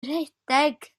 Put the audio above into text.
rhedeg